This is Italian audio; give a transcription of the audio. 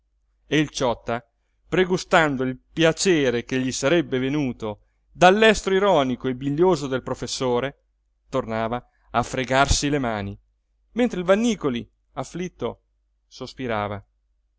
e il ciotta pregustando il piacere che gli sarebbe venuto dall'estro ironico e bilioso del professore tornava a fregarsi le mani mentre il vannícoli afflitto sospirava